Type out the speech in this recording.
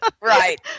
Right